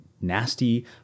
nasty